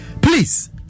please